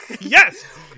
Yes